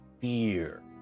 fear